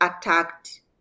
attacked